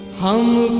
homered,